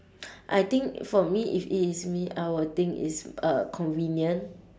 I think for me if it is me I would think it's uh convenient